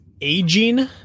aging